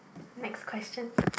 next question